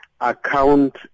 account